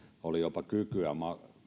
oli jopa kykyä